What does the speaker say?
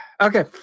Okay